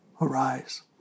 arise